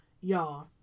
y'all